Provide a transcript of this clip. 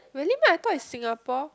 really meh I thought is Singapore